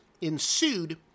ensued